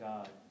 God